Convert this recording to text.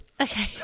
Okay